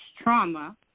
trauma